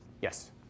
Yes